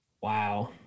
Wow